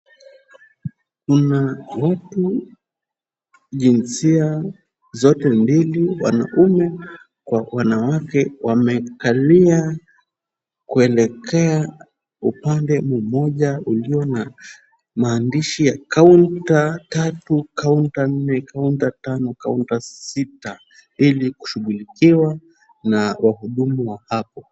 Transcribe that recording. Kuna watu jinsia zote mbili, wanaume kwa wanawake wamekalia kwelekea upande mmoja ulio na maandishi, Counter 3, Counter 4, Counter 5, Counter 6 ili kushughulikiwa na wahudumu wa hapo.